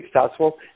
successful